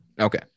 Okay